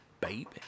baby